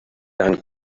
dann